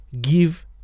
give